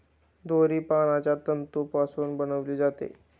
दोरी पानांच्या तंतूपासून बनविली जाते